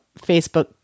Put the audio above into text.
Facebook